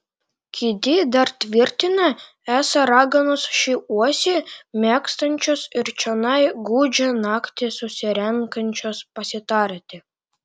kiti dar tvirtina esą raganos šį uosį mėgstančios ir čionai gūdžią naktį susirenkančios pasitarti